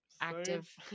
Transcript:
active